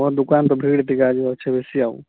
ମୋର ଦୋକାନତ ଭିଡ଼ ଟିକେ ଆଜି ଅଛେ ବେସି ଆଉ